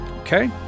Okay